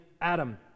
Adam